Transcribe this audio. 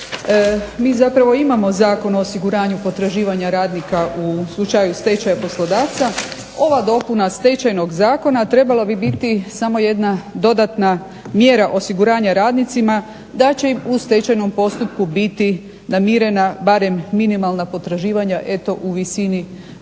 mi zapravo imamo Zakon o osiguranju potraživanja radnika u slučaju stečaja poslodavca ova dopuna Stečajnog zakona trebala bi biti samo jedna dodatna mjera osiguranja radnicima da će im u stečajnom postupku biti namirena barem minimalna potraživanja u visini od